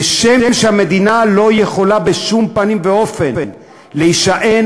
כשם שהמדינה לא יכולה בשום פנים ואופן להישען